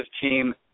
team